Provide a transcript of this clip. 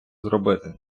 зробити